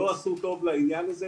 לא עשו טוב לעניין הזה,